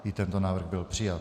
I tento návrh byl přijat.